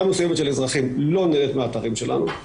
מסוימת של אזרחים לא נהנית מהאתרים שלנו.